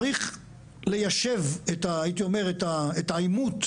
צריך ליישב את העימות,